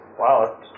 Wow